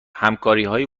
همکاریهایی